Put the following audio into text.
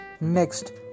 Next